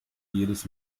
jedes